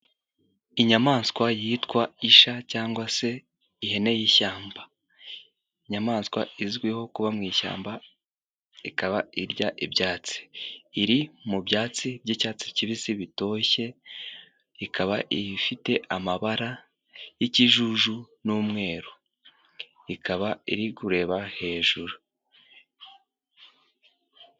Inyamaswa yitwa isha cyangwa se ihene y'ishyamba inyamaswa izwiho kuba mu ishyamba ikaba irya ibyatsi. Iri mu byatsi by'icyatsi kibisi bitoshye ikaba ifite amabara y'ikijuju n'umweru ikaba iri kurereba hejuru.